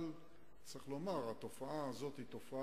אבל צריך לומר שהתופעה הזאת היא תופעה